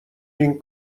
این